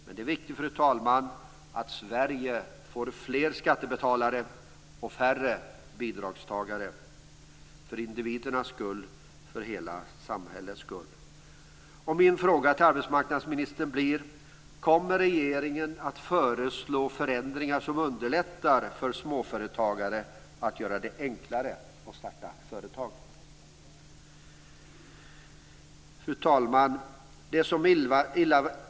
Men det är viktigt för individernas och för hela samhällets skull, fru talman, att Sverige får fler skattebetalare och färre bidragstagare. Fru talman!